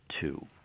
two